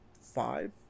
five